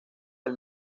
del